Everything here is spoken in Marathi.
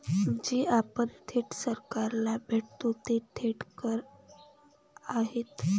जे आपण थेट सरकारला भरतो ते थेट कर आहेत